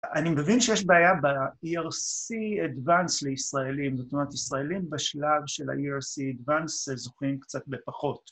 אני מבין שיש בעיה ב-ERC Advanced לישראלים, זאת אומרת, ישראלים בשלב של ה-ERC Advanced זוכים קצת בפחות.